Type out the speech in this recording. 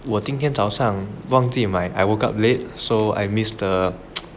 我今天早上忘记买 I woke up late so I miss the